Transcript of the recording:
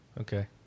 Okay